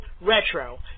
Retro